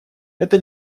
это